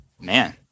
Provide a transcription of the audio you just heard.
Man